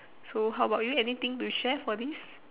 so how about you anything to share for this